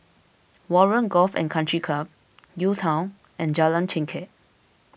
Warren Golf and Country Club UTown and Jalan Chengkek